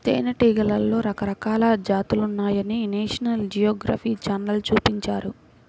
తేనెటీగలలో రకరకాల జాతులున్నాయని నేషనల్ జియోగ్రఫీ ఛానల్ చూపించారు